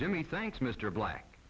jimmy thanks mr black